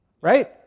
Right